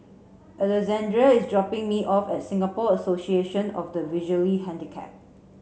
Alexandre is dropping me off at Singapore Association of the Visually Handicapped